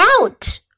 out